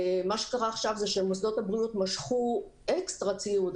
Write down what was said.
מוסדות הבריאות משכו אקסטרה ציוד,